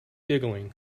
giggling